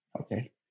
Okay